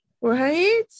right